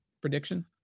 prediction